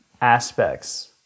aspects